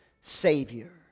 savior